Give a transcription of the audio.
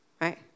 right